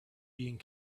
being